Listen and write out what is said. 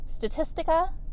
Statistica